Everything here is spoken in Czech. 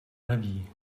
neví